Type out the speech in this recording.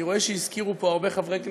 אני רואה שהזכירו פה הרבה חברי כנסת,